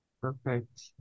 Perfect